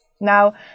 Now